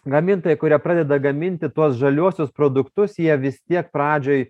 gamintojai kurie pradeda gaminti tuos žaliuosius produktus jie vis tiek pradžioj